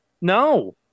No